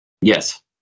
Yes